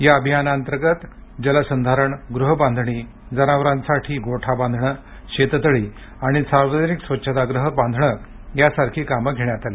या अभियानाअंतर्गत जलसंधारण गृहबांधणी जनावरांसाठी गोठा बांधणं शेततळी आणि सार्वजनिक स्वच्छतागृहं बांधणं यासारखी कामं करण्यात आली